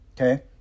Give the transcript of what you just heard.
okay